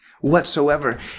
whatsoever